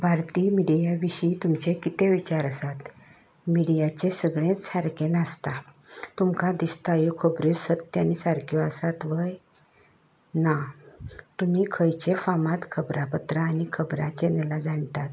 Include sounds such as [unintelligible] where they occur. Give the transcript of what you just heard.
भारतीय मिडियाविशीं तुमचें कितें विचार आसात मिडियाचे सगळेंच सारकें नासता तुमकां दिसता ह्यो खबरो सत्य आनी सारक्यो आसात व्हय ना तुमी खंयचें फामाद खबरांपत्रां आनी खबरांचेर [unintelligible]